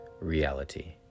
Reality